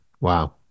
Wow